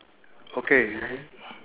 okay